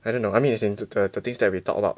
I dunno I mean as in the the the things that we talk about